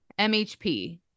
MHP